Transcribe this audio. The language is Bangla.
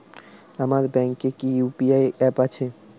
আপনার ব্যাঙ্ক এ তে কি ইউ.পি.আই অ্যাপ আছে?